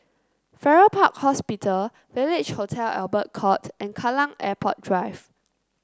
Farrer Park Hospital Village Hotel Albert Court and Kallang Airport Drive